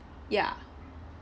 ya